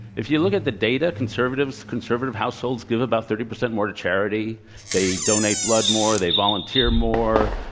if you look at the data, conservative conservative households give about thirty percent more to charity they donate blood more they volunteer more.